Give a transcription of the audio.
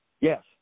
Yes